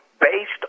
based